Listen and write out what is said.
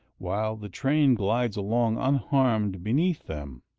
while the train glides along unharmed beneath them.